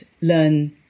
learn